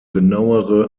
genauere